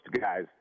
guys